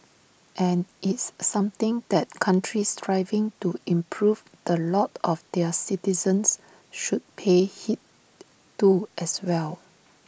and it's something that countries striving to improve the lot of their citizens should pay heed to as well